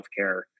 healthcare